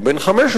או בן 15,